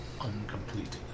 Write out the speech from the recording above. uncompleted